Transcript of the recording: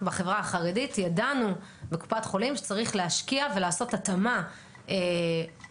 בחברה החרדית ידענו בקופת חולים שצריך להשקיע ולעשות התאמה מגזרית,